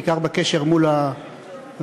בעיקר בקשר מול הרשויות,